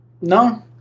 No